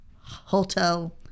Hotel